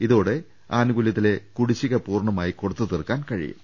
ഇതോടെ ആനുകൂല്യ കുടിശിക പൂർണമായി കൊടുത്തു തീർക്കാൻ കഴിയും